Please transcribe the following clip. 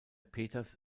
peters